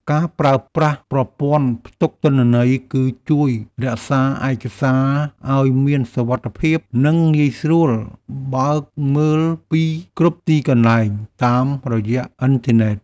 ការប្រើប្រាស់ប្រព័ន្ធផ្ទុកទិន្នន័យ គឺជួយរក្សាឯកសារឱ្យមានសុវត្ថិភាព និងងាយស្រួលបើកមើលពីគ្រប់ទីកន្លែងតាមរយៈអ៊ីនធឺណិត។